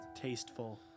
Tasteful